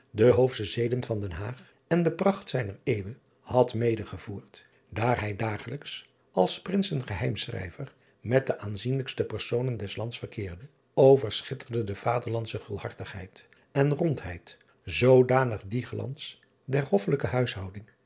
de oofsche zeden van den aag en de pracht zijner eeuwe had medegevoerd daar hij dagelijks als s rinsen geheimschrijver met de aanzienlijkste personen des lands verkeerde overschitterden de vaderlandsche gulhartigheid en rondheid zoodanig dien glans der hoffelijke huishouding